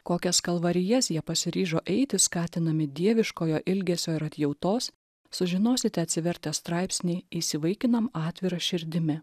kokias kalvarijas jie pasiryžo eiti skatinami dieviškojo ilgesio ir atjautos sužinosite atsivertę straipsnį įsivaikinam atvira širdimi